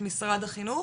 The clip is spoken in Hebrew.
מועצת התלמידים,